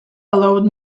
allowed